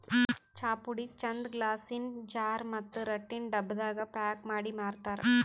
ಚಾಪುಡಿ ಚಂದ್ ಗ್ಲಾಸಿನ್ ಜಾರ್ ಮತ್ತ್ ರಟ್ಟಿನ್ ಡಬ್ಬಾದಾಗ್ ಪ್ಯಾಕ್ ಮಾಡಿ ಮಾರ್ತರ್